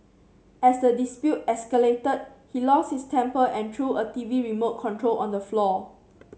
as the dispute escalated he lost his temper and threw a TV remote control on the floor